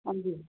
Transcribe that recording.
हजुर